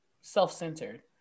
self-centered